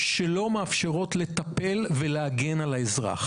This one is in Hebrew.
שלא מאפשרות לטפל ולהגן על האזרח.